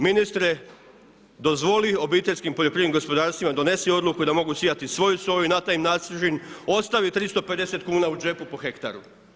Ministre dozvoli obiteljskim poljoprivrednim gospodarstvima, donesi odluku i da mogu sijati i svoju soju i na taj način ostavi 350 kuna u džepu po hektaru.